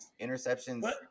interceptions